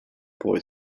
boy